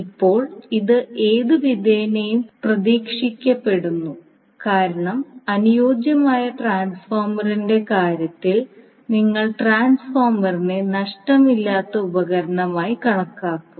ഇപ്പോൾ ഇത് ഏതുവിധേനയും പ്രതീക്ഷിക്കപ്പെടുന്നു കാരണം അനുയോജ്യമായ ട്രാൻസ്ഫോർമറിന്റെ കാര്യത്തിൽ നിങ്ങൾ ട്രാൻസ്ഫോർമറിനെ നഷ്ടമില്ലാത്ത ഉപകരണമായി കണക്കാക്കും